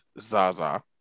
Zaza